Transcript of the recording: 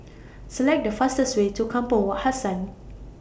Select The fastest Way to Kampong Wak Hassan